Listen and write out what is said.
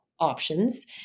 Options